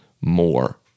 more